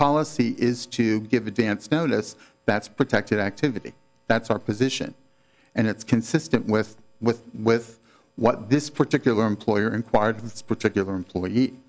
policy is to give advance notice that's protected activity that's our position and it's consistent with with with what this particular employer inquired of this particular employee